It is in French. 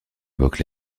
évoquent